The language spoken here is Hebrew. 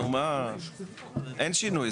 אין שינוי.